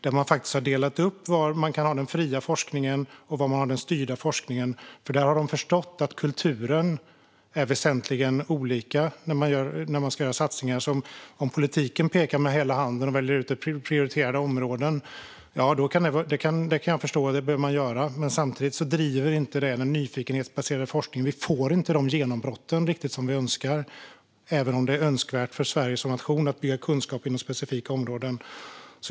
Där har man delat upp den fria och den styrda forskningen på olika ställen, för man har förstått att kulturen är väsentligen olika när man ska göra satsningar. Jag kan förstå att politiken kan behöva peka med hela handen och välja ut prioriterade områden. Det kan man behöva göra, men samtidigt driver inte det den nyfikenhetsbaserade forskningen. Vi får inte riktigt de genombrott som vi önskar, även om det är önskvärt för Sverige som nation att bygga kunskap inom specifika områden.